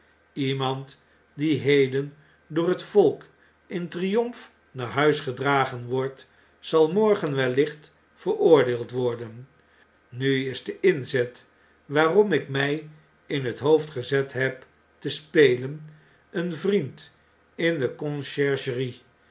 iemand die heden door het volk in triomf naar huis gedragen wordt zal morgen wellicht veroordeeld worden nu is de inzet waarom ik mij in het hoofd gezet heb te spelen een vriend in de conciergerie